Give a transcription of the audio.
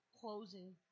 closing